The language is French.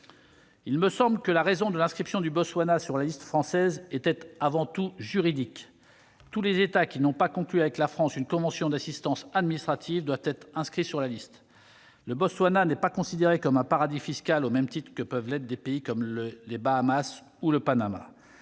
Il me semble que la raison de l'inscription du Botswana sur la liste française était avant tout juridique : tous les États n'ayant pas conclu avec la France une convention d'assistance administrative doivent être inscrits sur la liste. Le Botswana n'est pas considéré comme un paradis fiscal au même titre que peuvent l'être des pays comme les Bahamas ou le Panama.